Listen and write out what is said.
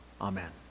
Amen